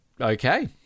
Okay